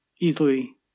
easily